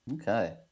Okay